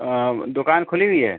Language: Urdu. دکان کھلی ہوئی ہے